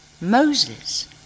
Moses